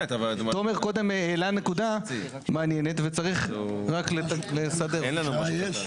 תומר קודם העלה נקודה מעניינת וצריך רק לסדר אותה.